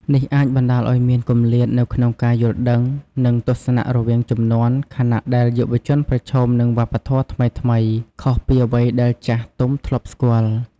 នេះអាចបណ្ដាលឱ្យមានគម្លាតនៅក្នុងការយល់ដឹង និងទស្សនៈរវាងជំនាន់ ខណៈដែលយុវជនប្រឈមនឹងវប្បធម៌ថ្មីៗ ខុសពីអ្វីដែលចាស់ទុំធ្លាប់ស្គាល់។